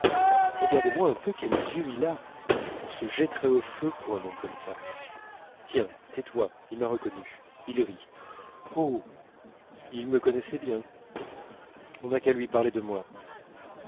regardez-moi un peu quels yeux il a on se jetterait au feu pour un homme comme ça tiens tais-toi il m'a reconnue il rit oh il me connaissait bien on n'a qu'à lui parler de moi